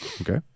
okay